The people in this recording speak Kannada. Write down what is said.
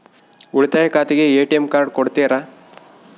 ಉಳಿತಾಯ ಖಾತೆಗೆ ಎ.ಟಿ.ಎಂ ಕಾರ್ಡ್ ಕೊಡ್ತೇರಿ?